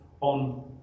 on